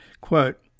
quote